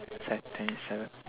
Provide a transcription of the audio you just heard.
it's at twenty seven